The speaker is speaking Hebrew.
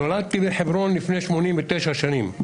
נולדתי בחברון לפני 89 שנים.